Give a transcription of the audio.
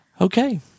Okay